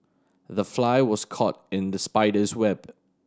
the fly was caught in the spider's web